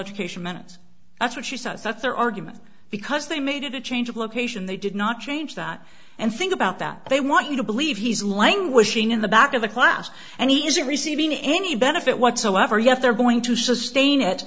minutes that's what she says that's their argument because they made a change of location they did not change that and think about that they want you to believe he's languishing in the back of the class and he is receiving any benefit whatsoever yet they're going to sustain it